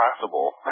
possible